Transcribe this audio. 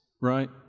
right